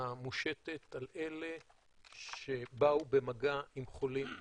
המושתת על אלה שבאו במגע עם חולים מאומתים.